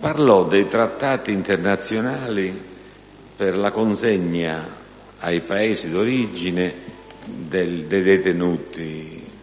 parlò dei trattati internazionali per la consegna, ai Paesi d'origine, dei detenuti in